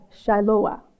Shiloh